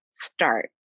start